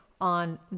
on